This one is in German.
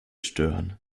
stören